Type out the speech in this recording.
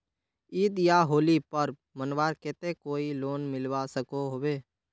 ईद या होली पर्व मनवार केते कोई लोन मिलवा सकोहो होबे?